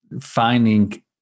finding